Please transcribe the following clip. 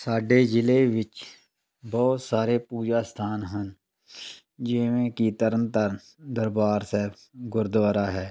ਸਾਡੇ ਜ਼ਿਲ੍ਹੇ ਵਿੱਚ ਬਹੁਤ ਸਾਰੇ ਪੂਜਾ ਸਥਾਨ ਹਨ ਜਿਵੇਂ ਕਿ ਤਰਨਤਾਰਨ ਦਰਬਾਰ ਸਾਹਿਬ ਗੁਰਦੁਆਰਾ ਹੈ